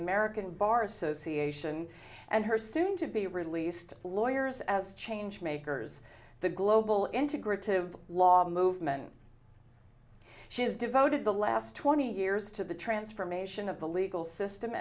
american bar association and her soon to be released lawyers as change makers the global integrative law movement she has devoted the last twenty years to the transformation of the legal system